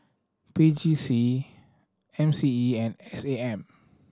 P J C M C E and S A M